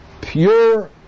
pure